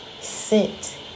sit